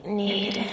need